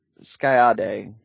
Skyade